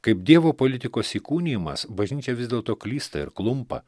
kaip dievo politikos įkūnijimas bažnyčia vis dėlto klysta ir klumpa